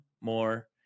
more